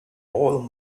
old